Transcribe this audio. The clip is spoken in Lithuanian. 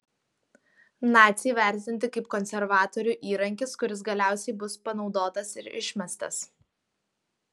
naciai vertinti kaip konservatorių įrankis kuris galiausiai bus panaudotas ir išmestas